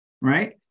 right